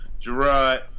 Gerard